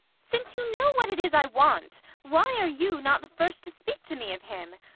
since you know what it is i want, why are you not the first to speak to me of him?